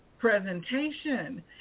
presentation